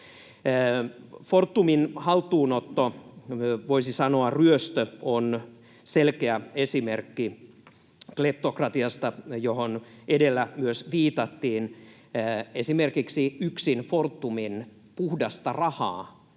Fortumin haltuunotto — voisi sanoa ryöstö — on selkeä esimerkki kleptokratiasta, johon myös edellä viitattiin. Esimerkiksi yksin Fortumin puhdasta rahaa,